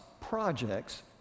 projects